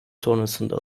sonrasında